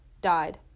died